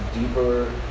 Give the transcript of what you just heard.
deeper